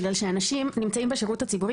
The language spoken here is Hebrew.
בגלל שאנשים נמצאים בשירות הציבורי